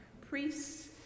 priests